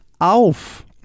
Auf